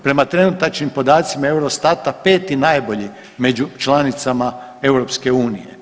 Prema trenutačnim podacima Eurostata peti najbolji među članicama EU.